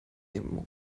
der